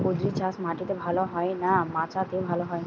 কুঁদরি চাষ মাটিতে ভালো হয় না মাচাতে ভালো হয়?